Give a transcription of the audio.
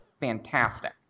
fantastic